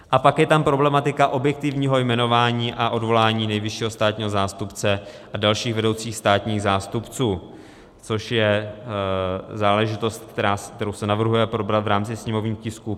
A pak je tam problematika objektivního jmenování a odvolání nejvyššího státního zástupce a dalších vedoucích státních zástupců, což je záležitost, kterou se navrhuje probrat v rámci sněmovních tisků 524, 569 a 476.